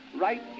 Right